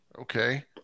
Okay